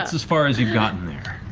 as far as you've gotten there.